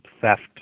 theft